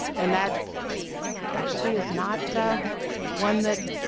and that actually is not one that